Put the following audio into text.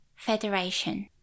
Federation